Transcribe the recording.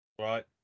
Right